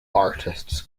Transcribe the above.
artists